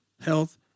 health